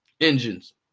engines